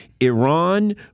Iran